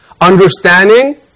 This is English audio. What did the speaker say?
understanding